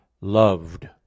loved